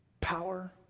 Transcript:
power